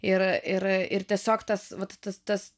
ir ir ir tiesiog tas vat tas tas